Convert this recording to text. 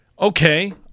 Okay